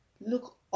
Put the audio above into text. look